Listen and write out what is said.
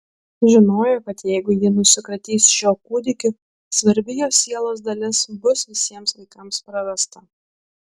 žinojo kad jeigu ji nusikratys šiuo kūdikiu svarbi jos sielos dalis bus visiems laikams prarasta